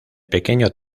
pequeño